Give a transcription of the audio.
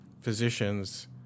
physicians